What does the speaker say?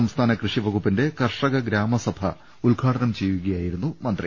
സംസ്ഥാന കൃഷി വകുപ്പിന്റെ കർഷക ഗ്രാമസഭ ഉദ്ഘാടനം ചെയ്യുകയാ യിരുന്നു മന്ത്രി